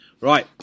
Right